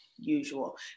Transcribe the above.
usual